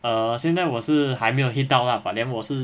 err 现在我是还没有 hit 到 lah but then 我是